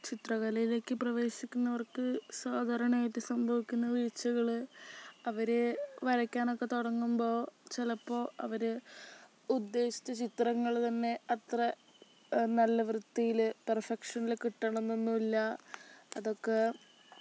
ചിത്രകലയിലേക്ക് പ്രവേശിക്കുന്നവർക്ക് സാധാരണയായിട്ട് സംഭവിക്കുന്ന വീഴ്ചകള് അവര് വരയ്ക്കാനൊക്കെ തുടങ്ങുമ്പോൾ ചിലപ്പോൾ അവര് ഉദ്ദേശിച്ച ചിത്രങ്ങള് തന്നെ അത്ര നല്ല വൃത്തിയില് പെർഫെക്ഷനില് കിട്ടണം എന്നൊന്നും ഇല്ല അതൊക്കെ